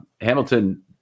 Hamilton